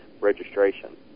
registration